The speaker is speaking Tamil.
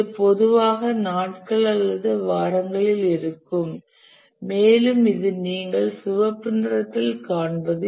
இது பொதுவாக நாட்கள் அல்லது வாரங்களில் இருக்கும் மேலும் இது நீங்கள் சிவப்பு நிறத்தில் காண்பது